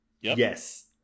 Yes